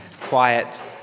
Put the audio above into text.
quiet